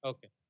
Okay